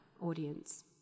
audience